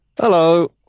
Hello